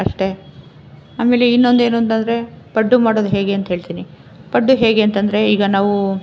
ಅಷ್ಟೆ ಆಮೇಲೆ ಇನ್ನೊಂದೇನು ಅಂತಂದರೆ ಪಡ್ಡು ಮಾಡೋದು ಹೇಗೆ ಅಂತ ಹೇಳ್ತೀನಿ ಪಡ್ಡು ಹೇಗೆ ಅಂತಂದರೆ ಈಗ ನಾವು